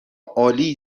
عالی